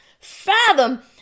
fathom